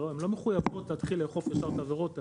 הן לא מחויבות להתחיל לאכוף ישר את העבירות האלה.